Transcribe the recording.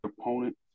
opponent